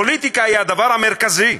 פוליטיקה היא הדבר המרכזי,